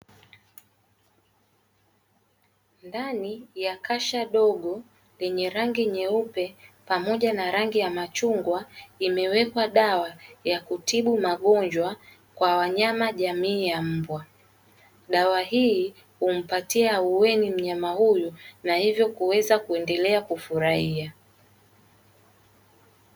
Ndani ya kasha dogo lenye rangi nyeupe pamoja na rangi ya machungwa imewekwa dawa ya kutibu magonjwa kwa wanyama jamii ya mbwa. Dawa hii humpatia ahueni mnyama huyu na hivyo kuendelea kufurahia.